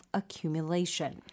accumulation